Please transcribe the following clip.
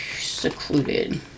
secluded